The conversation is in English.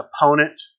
opponent